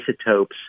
isotopes